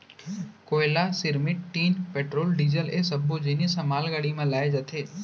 कोयला, cement, tin, petrol, diesel ए सब्बो जिनिस ह मालगाड़ी म लाए जाथे